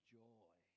joy